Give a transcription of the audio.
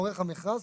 עורך המכרז,